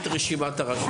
את רשימת הרשויות.